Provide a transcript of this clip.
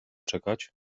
czekać